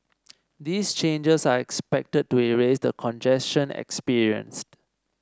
these changes are expected to ease the congestion experienced